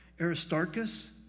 Aristarchus